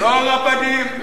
לא רבנים,